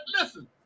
Listen